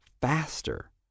faster